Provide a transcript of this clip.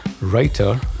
writer